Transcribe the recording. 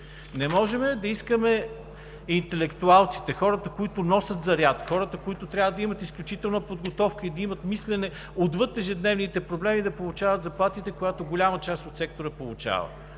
Не може да искаме интелектуалците, хората, които носят заряд, хората, които трябва да имат изключителна подготовка и да имат мислене отвъд ежедневните проблеми, да получават заплати, които голяма част от сектора получава.